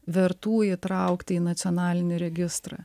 vertų įtraukti į nacionalinį registrą